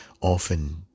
often